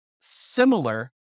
similar